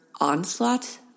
onslaught